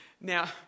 Now